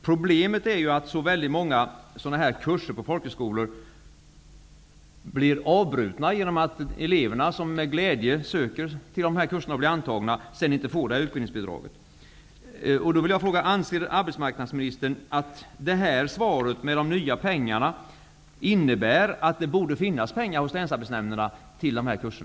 Problemet är det att många sådana här kurser på folkhögskolor blir avbrutna därför att elever, som med glädje söker till och även blir antagna till dessa kurser, inte får utbildningsbidrag. Jag vill fråga: Anser arbetsmarknadsministern att beskedet om de nya pengarna innebär att det borde finnas medel hos länsarbetsnämnderna till dessa kurser?